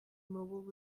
mobile